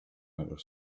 outer